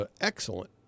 excellent